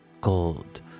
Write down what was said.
gold